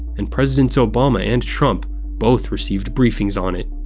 and presidents obama and trump both received briefings on it.